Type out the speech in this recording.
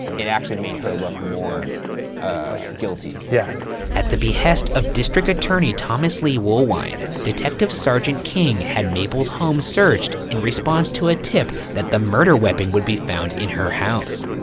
it actually made her look more guilty. yes. at the behest of district attorney thomas lee woolwine, detective sargent king had mabel's home searched in response to a tip that the murder weapon would be found in her house.